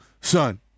son